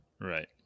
right